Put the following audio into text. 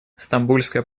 стамбульская